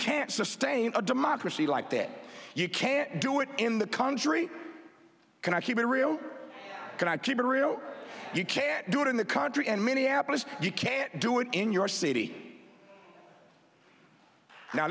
can't sustain a democracy like that you can't do it in the country can i keep it real you can't do it in the country and minneapolis you can't do it in your city now